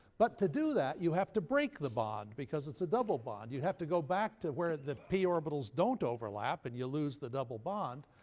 but to do that you have to break the bond, because it's a double bond. you'd have to go back to where the p orbitals don't overlap and you lose the double bond,